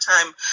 time